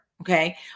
Okay